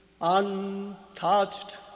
untouched